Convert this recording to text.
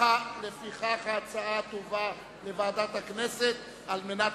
לפיכך ההצעה תובא לוועדת הכנסת על מנת